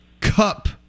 cup